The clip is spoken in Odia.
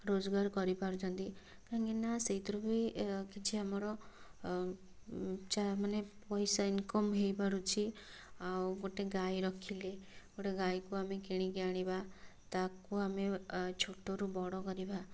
ରୋଜଗାର କରିପାରୁଛନ୍ତି କାହିଁକିନା ସେହିଥିରୁ ବି କିଛି ଆମର ଚା' ମାନେ ପଇସା ଇନକମ୍ ହୋଇପାରୁଛି ଆଉ ଗୋଟେ ଗାଈ ରଖିଲେ ଗୋଟେ ଗାଈକୁ ଆମେ କିଣିକି ଆଣିବା ତାକୁ ଆମେ ଛୋଟରୁ ବଡ଼ କରିବା